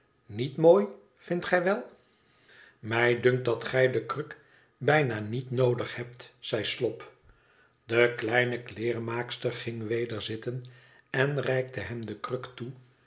niet mooi vindt gij wel mij dunkt dat gij de kruk bijna niet noodig hebt zei slop de kleine kleermaakster ging weder zitten en reikte hem de kruk toe